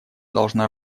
должна